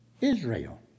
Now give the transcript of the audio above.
Israel